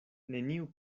neniu